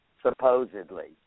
supposedly